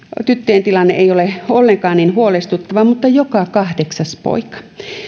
tyttöjen tilanne ei ole ollenkaan niin huolestuttava mutta joka kahdeksas poika